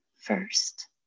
first